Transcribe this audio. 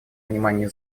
внимание